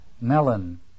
melon